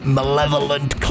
Malevolent